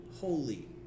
holy